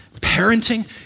parenting